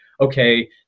okay